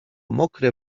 mokre